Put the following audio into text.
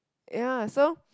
ya so